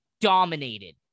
dominated